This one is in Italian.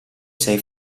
sei